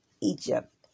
Egypt